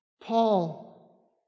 Paul